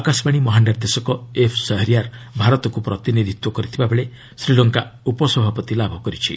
ଆକାଶବାଣୀ ମହାନିର୍ଦ୍ଦେଶକ ଏଫ୍ ଶେହରିୟାର୍ ଭାରତକୁ ପ୍ରତିନିଧିତ୍ୱ କରିଥିବାବେଳେ ଶ୍ରୀଲଙ୍କା ଉପସଭାପତି ଲାଭ କରିଛି